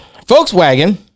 Volkswagen